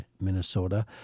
Minnesota